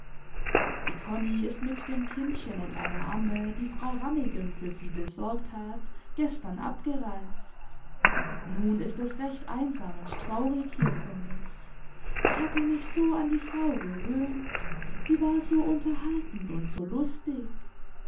die konni ist mit dem kindchen und einer amme die frau rammigen für sie besorgt hat gestern abgereist nun ist es recht einsam und traurig hier für mich ich hatte mich so an die frau gewöhnt sie war so unterhaltend und so lustig